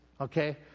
Okay